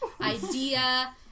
idea